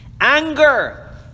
Anger